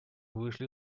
вышли